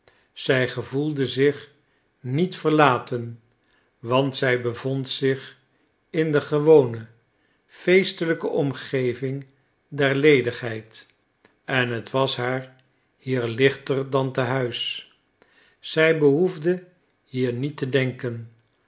zij gevoelde zich niet verlaten want zij bevond zich in de gewone feestelijke omgeving der ledigheid en het was haar hier lichter dan te huis zij behoefde hier niet te denken